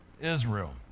Israel